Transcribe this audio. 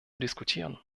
diskutieren